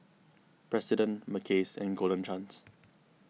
President Mackays and Golden Chance